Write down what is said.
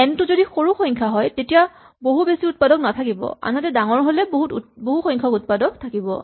N টো যদি সৰু সংখ্যা হয় তেতিয়া বহুত বেছি উৎপাদক নাথাকিব আনহাতে ডাঙৰ হ'লে বহু সংখ্যক উৎপাদক থাকিব